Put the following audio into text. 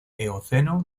eoceno